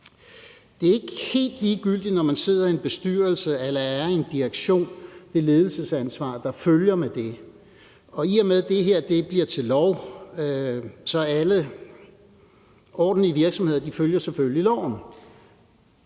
Det er ikke helt ligegyldigt, når man sidder i en bestyrelse eller er i en direktion med det ledelsesansvar, der følger med det, i og med at det her bliver til lov. Alle ordentlige virksomheder følger selvfølgelig loven,